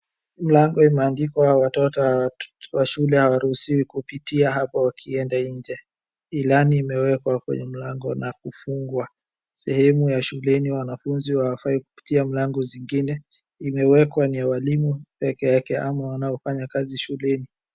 Maango imeandikwa watoto wa shule hawaruhusiwi kupitia hapo wakienda nje. Ilani imewekwa kwenye mlango na kufungwa. Sehemu ya shuleni wanafunzi hawafai kupitia mlango zingine imewekwa ni ya walimu peke yake ama wanaofanya kazi shuleni.